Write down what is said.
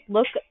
Look